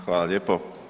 Hvala lijepo.